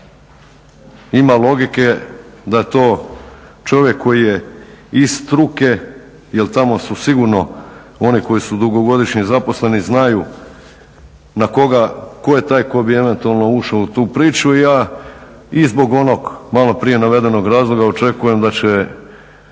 Ima logike da to čovjek koji je iz struke, jer tamo su sigurno oni koji dugogodišnji zaposleni znaju na koga, tko je taj koji bi eventualno ušao u tu priču i ja i zbog onog maloprije navedenog razloga očekujem da će